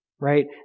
Right